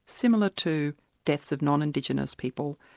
similar to deaths of non-indigenous people,